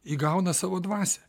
įgauna savo dvasią